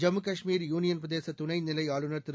Jammu Kashmir union பிரதேச துணை நிலை ஆளுநர் திரு